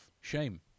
shame